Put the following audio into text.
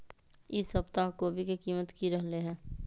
ई सप्ताह कोवी के कीमत की रहलै?